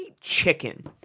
chicken